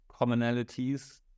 commonalities